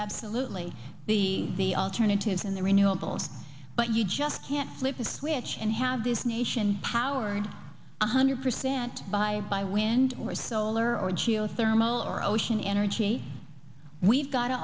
absolutely the alternatives in the renewables but you just can't flip a switch and have this nation powered one hundred percent by by wind or solar or geothermal or ocean energy we've got